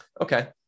okay